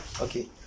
Okay